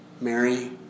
Mary